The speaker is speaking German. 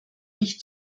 mich